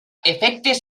efectes